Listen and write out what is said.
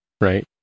right